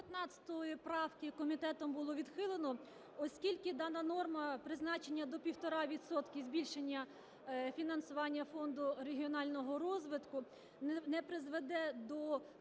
15 правки. Комітетом було відхилено, оскільки дана норма призначення до 1,5 відсотка збільшення фінансування Фонду регіонального розвитку не призведе до